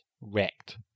wrecked